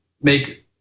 make